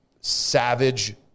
savage